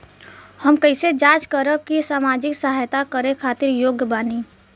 हम कइसे जांच करब की सामाजिक सहायता करे खातिर योग्य बानी?